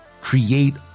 create